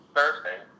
Thursday